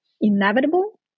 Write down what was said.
inevitable